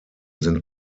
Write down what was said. sind